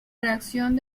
reacción